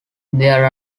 there